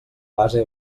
base